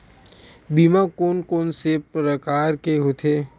बीमा कोन कोन से प्रकार के होथे?